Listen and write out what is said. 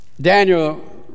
Daniel